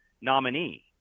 nominee